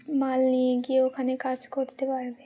মাল নিয়ে গিয়ে ওখানে কাজ করতে পারবে